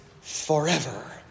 forever